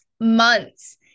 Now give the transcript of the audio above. months